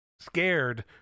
Scared